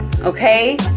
okay